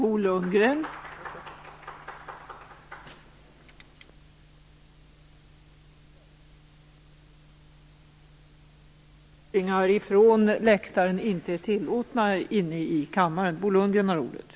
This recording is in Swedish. Jag vill påpeka att meningsyttringar från kammarens läktare inte är tillåtna.